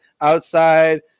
outside